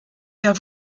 der